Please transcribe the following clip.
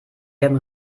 ihrem